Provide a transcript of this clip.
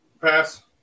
pass